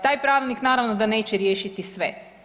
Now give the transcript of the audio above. Taj pravilnik naravno da neće riješiti sve.